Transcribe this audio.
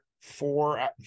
four